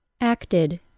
Acted